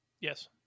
Yes